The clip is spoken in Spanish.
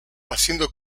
haciendo